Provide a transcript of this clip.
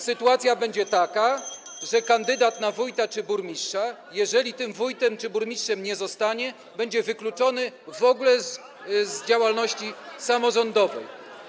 Sytuacja będzie taka, że kandydat [[Gwar na sali, dzwonek]] na wójta czy burmistrza, jeżeli tym wójtem czy burmistrzem nie zostanie, będzie w ogóle wykluczony z działalności samorządowej.